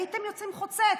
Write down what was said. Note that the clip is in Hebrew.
הייתם יוצאים חוצץ,